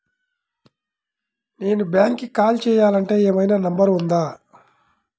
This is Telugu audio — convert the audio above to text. నేను బ్యాంక్కి కాల్ చేయాలంటే ఏమయినా నంబర్ ఉందా?